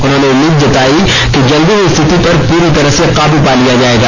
उन्होंने उम्मीद जतायी कि जल्द ही स्थिति पर पूरी तरह से काबू पा लिया जायेगा